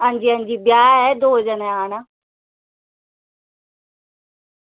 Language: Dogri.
हां जी हां जी ब्याह् ऐ दो जनें आना